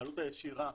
העלות הישירה